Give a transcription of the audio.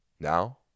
Now